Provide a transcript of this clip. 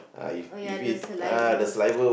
oh ya the saliva